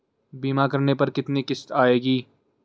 बीमा करने पर कितनी किश्त आएगी?